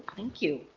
thank you.